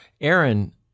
Aaron